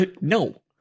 No